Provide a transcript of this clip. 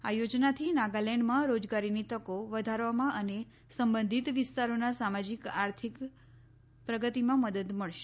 આ યોજનાથી નાગાલેન્ડમાં રોજગારીની તકો વધારવામાં અને સંબંધીત વિસ્તારોના સામાજીક આર્થિક પ્રગતિમાં મદદ મળશે